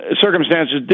circumstances